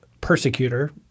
persecutor